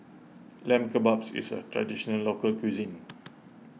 Lamb Kebabs is a Traditional Local Cuisine